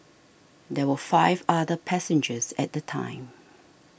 there were five other passengers at the time